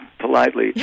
politely